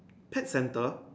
pet center